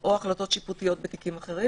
או החלטות שיפוטיות בתיקים אחרים.